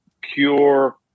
pure